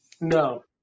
No